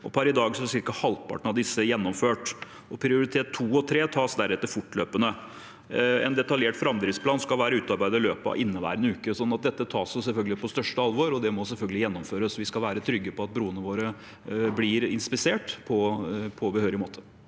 Per i dag er ca. halvparten av disse gjennomført. Prioritet 2 og 3 tas deretter fortløpende. En detaljert framdriftsplan skal være utarbeidet i løpet av inneværende uke. Dette tas selvfølgelig på største alvor, og det må selvfølgelig gjennomføres. Vi skal være trygge på at bruene våre blir inspisert på behørig måte.